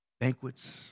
banquets